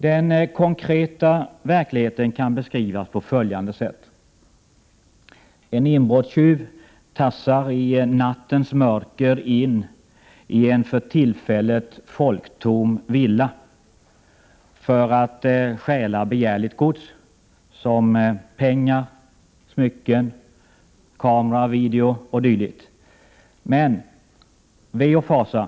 Den konkreta verkligheten kan beskrivas på följande sätt. En inbrottstjuv tassar i nattens mörker in i en för tillfället folktom villa för att stjäla begärligt gods-pengar, smycken, kamera, video o.d. Men — ve och fasa!